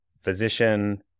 physician